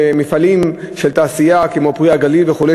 מפעלים של תעשייה כמו "פרי הגליל" וכו',